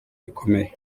bikomeye